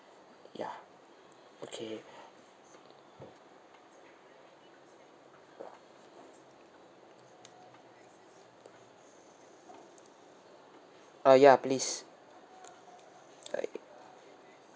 yeah okay ah ya please right